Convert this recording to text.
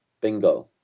Bingo